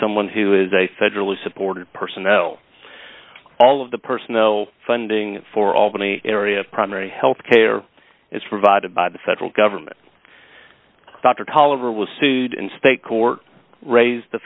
someone who is a federally supported personnel all of the personal funding for albany area of primary health care is provided by the federal government dr talwar was sued in state court raised the